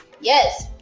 yes